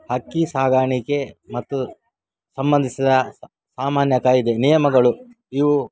ಹಕ್ಕಿ ಸಾಗಾಣಿಕೆ ಮತ್ತು ಸಂಬಂಧಿಸಿದ ಸಾಮಾನ್ಯ ಕಾಯ್ದೆ ನಿಯಮಗಳು ಇವು